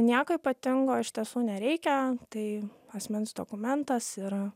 nieko ypatingo iš tiesų nereikia tai asmens dokumentas ir